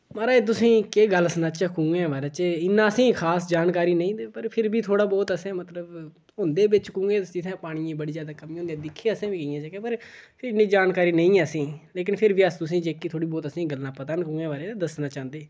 माराज तुसें गी केह् गल्ल सनाचै खुहें दे बारे च एह् इन्ना असें गी खास जानकारी नेईं ते पर फ्ही बी थोह्ड़ा बहुत असें गी मतलब होंदे बिच खूहें जित्थै पानियै दी बड़ी जैदा कमी होंदी दिक्खे असें बी केइयें जगहें पर फ्ही बी जानकारी नेईं ऐ असें गी लेकिन फ्ही बी अस तुसें गी जेह्कियां थोह्ड़ियां बहुत गल्लां असें गी पता न उं'दे बारे च दस्सना चांह्दे